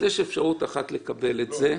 אז יש אפשרות אחת לקבל את זה.